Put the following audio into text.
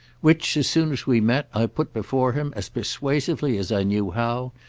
which, as soon as we met, i put before him as persuasively as i knew how,